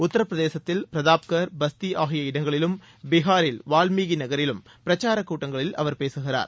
உத்தரபிரதேசத்தில் பிரதாப்கா் பஸ்தி ஆகிய இடங்களிலும் பீகாரில் வால்மீகி நகரிலும் பிரச்சார கூட்டங்களில் அவர் பேசுகிறார்